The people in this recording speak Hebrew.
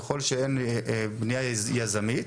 ככל שאין בנייה יזמית,